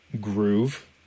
groove